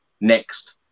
next